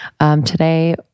Today